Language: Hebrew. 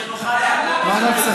להעביר לוועדת הכספים, שנוכל לעקוב אחרי